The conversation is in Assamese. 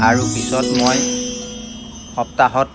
আৰু পিছত মই সপ্তাহত